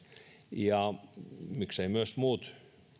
ja mikseivät myös muut